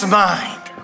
mind